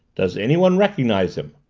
does anyone recognize him?